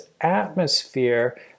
atmosphere